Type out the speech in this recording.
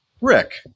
Rick